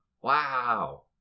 Wow